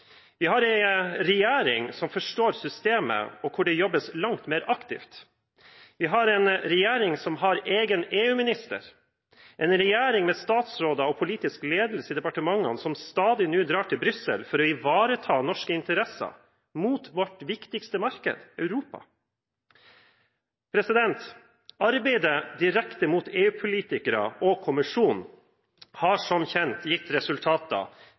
Vi har en regjering som forstår systemet, og hvor det jobbes langt mer aktivt. Vi har en regjering som har egen EU-minister, en regjering med statsråder og politisk ledelse i departementene som nå stadig drar til Brussel for å ivareta norske interesser mot vårt viktigste marked, Europa. Arbeidet direkte mot EU-politikere og kommisjonen har som kjent gitt resultater,